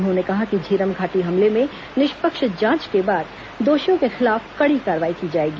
उन्होंने कहा कि झीरम घाटी मामले में निष्पक्ष जांच के बाद दोषियों के खिलाफ कड़ी कार्रवाई की जाएगी